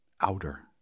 outer